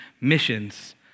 missions